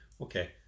Okay